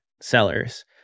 sellers